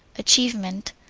achievement.